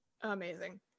amazing